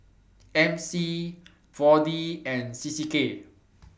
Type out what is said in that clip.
MC four D and CCK